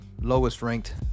lowest-ranked